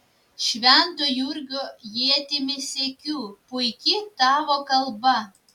švento jurgio ietimi siekiu puiki tavo kalba